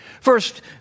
First